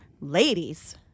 ladies